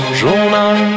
journal